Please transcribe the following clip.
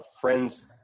friends